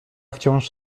wciąż